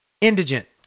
Indigent